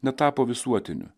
netapo visuotiniu